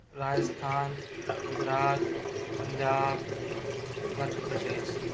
Rajasthan Gujarat Punjab Madhya Pradesh